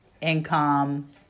income